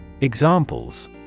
Examples